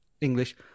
english